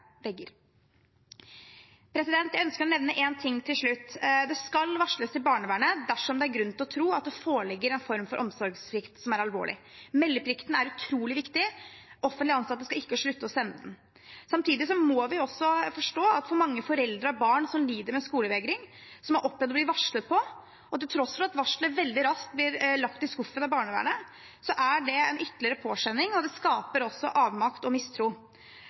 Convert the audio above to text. vegger. Jeg ønsker å nevne en ting til slutt. Det skal varsles til barnevernet dersom det er grunn til å tro at det foreligger en form for omsorgssvikt som er alvorlig. Meldeplikten er utrolig viktig. Offentlig ansatte skal ikke slutte å sende inn. Samtidig må vi også forstå at for mange foreldre med barn som lider av skolevegring, som har opplevd å bli varslet på, og til tross for at varselet veldig raskt blir lagt i skuffen av barnevernet, er det en ytterligere påkjenning, og det skaper også avmakt og mistro.